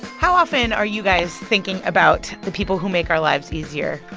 how often are you guys thinking about the people who make our lives easier?